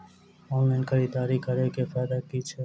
Online खरीददारी करै केँ की फायदा छै?